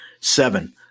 Seven